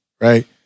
right